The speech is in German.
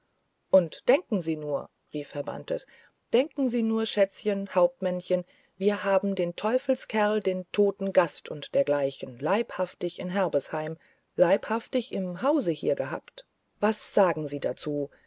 und denken sie nur rief herr bantes denken sie nur schätzchen hauptmännchen wir haben den teufelskerl den toten gast und dergleichen leibhaftig in herbesheim leibhaftig im hause hier gehabt was sagen sie dazu